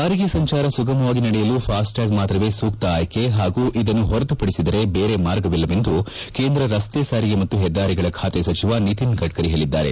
ಸಾರಿಗೆ ಸಂಚಾರ ಸುಗಮವಾಗಿ ನಡೆಯಲು ಫಾಸ್ಟ್ಟ್ಯಾಗ್ ಮಾತ್ರವೇ ಸೂಕ್ತ ಆಯ್ಕೆ ಹಾಗೂ ಇದನ್ನು ಹೊರತುಪಡಿಸಿದರೆ ಬೇರೆ ಮಾರ್ಗವಿಲ್ಲ ಎಂದು ಕೇಂದ್ರ ರಸ್ತೆ ಸಾರಿಗೆ ಹಾಗೂ ಹೆದ್ದಾರಿಗಳ ಖಾತೆ ಸಚಿವ ನಿತಿನ್ ಗಡ್ಡರಿ ಹೇಳಿದ್ದಾರೆ